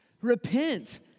Repent